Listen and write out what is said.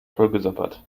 vollgesabbert